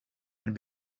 and